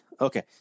Okay